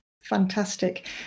Fantastic